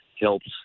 helps